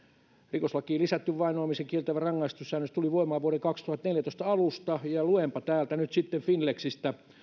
rikoslakiin lisätty vainoamisen kieltävä rangaistussäännös tuli voimaan vuoden kaksituhattaneljätoista alusta ja luenpa täältä nyt sitten finlexistä